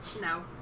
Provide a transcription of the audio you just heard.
No